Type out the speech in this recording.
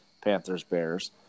Panthers-Bears